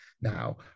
now